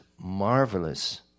marvelous